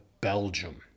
Belgium